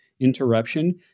interruption